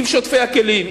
עם שוטפי הכלים,